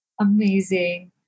Amazing